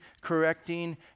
correcting